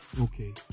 Okay